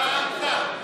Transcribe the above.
תם אז תם.